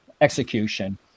execution